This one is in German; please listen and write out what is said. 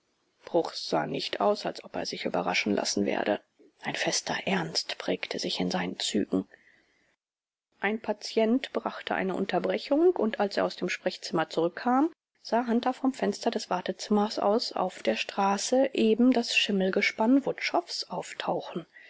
bruchs sah nicht aus als ob er sich überraschen lassen werde ein fester ernst prägte sich in seinen zügen ein patient brachte eine unterbrechung und als er aus dem sprechzimmer zurückkam sah hunter vom fenster des wartezimmers aus auf der straße neben das schimmelgespann wutschows auftauchen